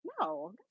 no